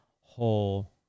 whole